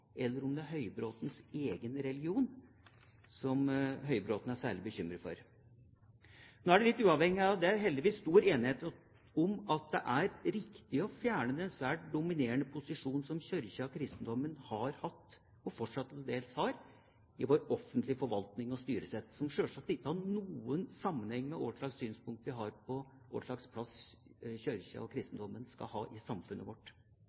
eller om det er Høybråtens egen religion som Høybråten er særlig bekymret for. Nå er det, litt uavhengig av det, heldigvis stor enighet om at det er riktig å fjerne den svært dominerende posisjonen som Kirken og kristendommen har hatt – og fortsatt til dels har – i vår offentlige forvaltning og styresett, som selvsagt ikke har noen sammenheng med hvilket synspunkt vi har på hvilken plass Kirken og kristendommen skal ha i samfunnet vårt.